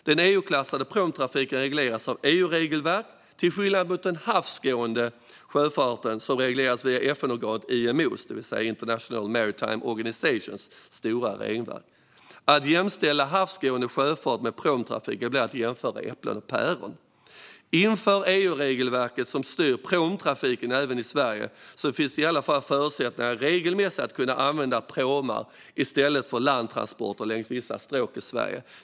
Den EU-klassade pråmtrafiken regleras av EU-regelverk, till skillnad mot den havsgående sjöfarten, som regleras via FN-organet IMO:s, International Maritime Organizations, stora regelverk. Att jämställa havsgående sjöfart med pråmtrafik blir att jämföra äpplen och päron. Inför EU-regelverket som styr pråmtrafiken även i Sverige! Då finns det i alla fall regelmässiga förutsättningar att använda pråmar i stället för landtransporter längs vissa stråk i Sverige.